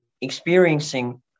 experiencing